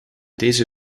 deze